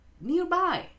Nearby